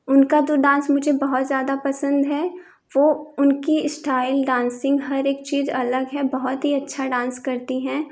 उनका तो डांस मुझे बहुत ज़्यादा पसंद है वह उनकी इस्टाइल डांसिंग हर एक चीज़ अलग है बहुत ही अच्छा डांस करती हैं